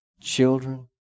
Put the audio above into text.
children